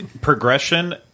progression